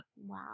Wow